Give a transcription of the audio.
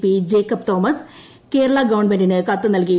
P Jacob Thomas Kerala ഗവൺമെന്റിന് കത്ത് നൽകി